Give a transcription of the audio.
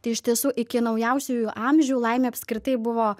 tai iš tiesų iki naujausiųjų amžių laimė apskritai buvo